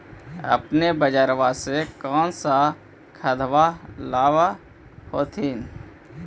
अपने बजरबा से कौन सा खदबा लाब होत्थिन?